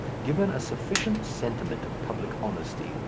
given a sufficient sentiment of public honesty,